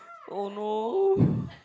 oh no